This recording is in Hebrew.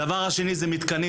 הדבר השני הוא מתקנים,